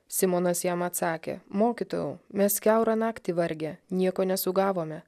simonas jam atsakė mokytojau mes kiaurą naktį vargę nieko nesugavome